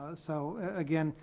ah so again,